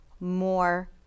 more